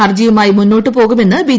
ഹർജിയുമായി മുന്നോട്ട് പോകുമെന്ന് ബി